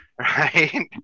Right